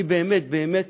באמת באמת,